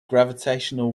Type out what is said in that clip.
gravitational